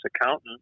accountant